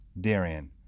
Darian